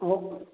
ꯑꯣ